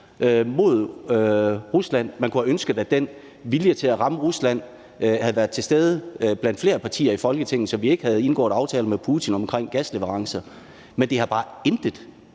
mod Rusland. Man kunne have ønsket, at den vilje til at ramme Rusland havde været til stede blandt flere partier i Folketinget, så vi ikke havde indgået aftaler med Putin omkring gasleverancer. Men det har bare intet